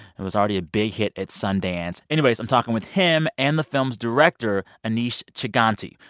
it was already a big hit at sundance. anyways, i'm talking with him and the film's director, aneesh chaganty.